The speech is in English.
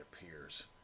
appears